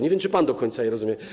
Nie wiem, czy pan do końca je rozumie.